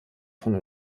von